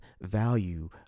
value